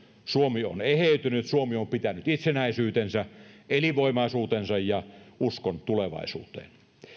suomi on eheytynyt suomi on pitänyt itsenäisyytensä elinvoimaisuutensa ja uskon tulevaisuuteen